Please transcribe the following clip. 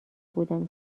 بودم